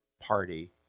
party